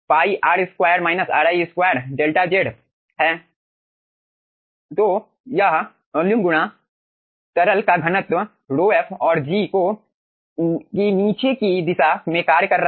तो यह वॉल्यूम गुणा तरल का घनत्व ρf और g जो कि नीचे की दिशा में कार्य कर रहा है